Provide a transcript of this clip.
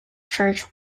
church